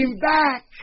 back